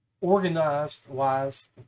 organized-wise